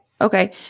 okay